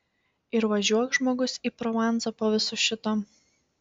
ir važiuok žmogus į provansą po viso šito